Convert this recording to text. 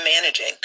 managing